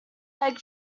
leg